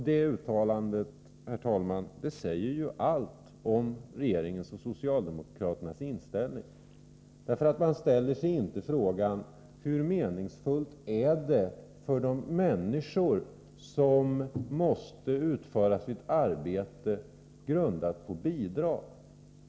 Det uttalandet säger ju allt om regeringens och socialdemokraternas inställning. Man ställer sig inte frågan hur meningsfullt det är för de människor som måste utföra ett arbete grundat på bidrag.